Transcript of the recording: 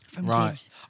right